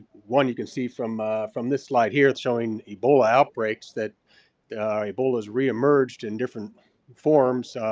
one you can see from from this slide here showing ebola outbreaks, that ebola's reemerged in different forms,